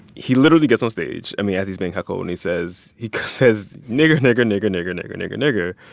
he literally gets on stage, i mean, as he's being heckled, and he says he says, nigger, nigger, nigger, nigger, nigger, nigger, nigger.